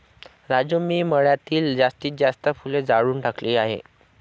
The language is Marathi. राजू मी मळ्यातील जास्तीत जास्त फुले जाळून टाकली आहेत